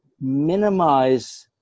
minimize